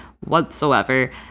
whatsoever